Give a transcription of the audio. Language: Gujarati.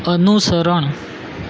અનુસરણ